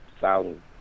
sound